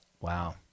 Wow